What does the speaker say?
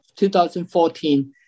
2014